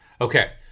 Okay